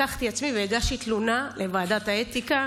לקחתי את עצמי והגשתי תלונה לוועדת האתיקה.